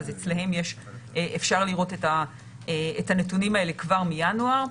אז אצלם אפשר לראות את הנתונים האלה כבר מינואר.